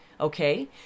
Okay